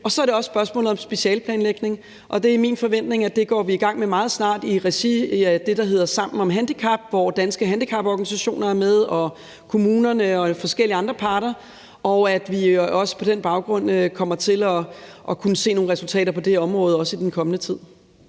Så er der også spørgsmålet om specialeplanlægning, og det er min forventning, at vi går i gang med det meget snart i regi af det, der hedder Sammen om handicap, hvor Danske Handicaporganisationer, kommunerne og forskellige andre parter er med, og at vi også på den baggrund kommer til at kunne se nogle resultater på det område i den kommende tid.